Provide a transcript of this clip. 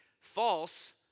false